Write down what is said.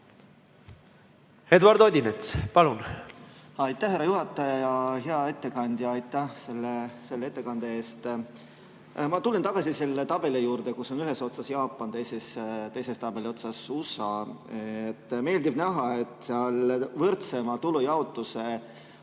Eduard Odinets, palun!